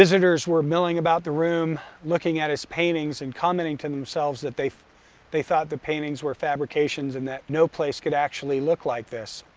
visitors were milling about the room looking at his paintings and commenting to themselves that they they thought the paintings were fabrications and that no place could actually look like this.